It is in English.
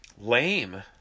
lame